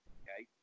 okay